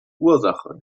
ursache